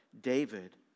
David